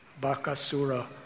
Bakasura